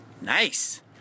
nice